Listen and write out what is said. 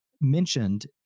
mentioned